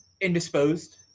indisposed